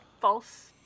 false